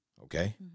okay